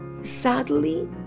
sadly